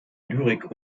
lyrik